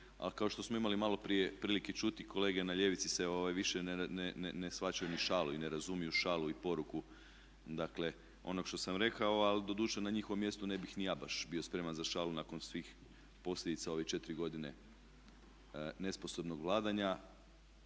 kao što smo imali maloprije prilike čuti kolege na ljevici se više ne shvaćaju ni šalu i ne razumiju šalu i poruku dakle onog što sam rekao, al' doduše na njihovom mjestu ne bih ni ja baš bio spreman za šalu nakon svih posljedica ove 4 godine nesposobnog vladanja.